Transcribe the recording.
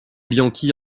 bianchi